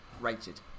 rated